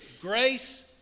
Grace